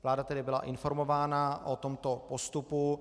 Vláda tedy byla informována o tomto postupu.